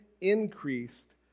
increased